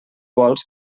vols